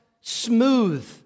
smooth